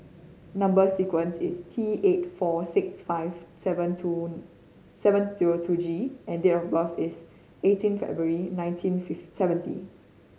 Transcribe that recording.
number sequence is T eight four six five seven two seven zero two G and date of birth is eighteen February nineteen seventy